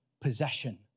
possession